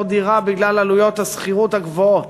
דירה בגלל עלויות השכירות הגבוהות,